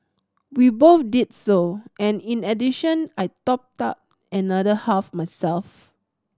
we both did so and in addition I topped up another half myself